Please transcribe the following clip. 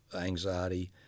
anxiety